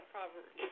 Proverbs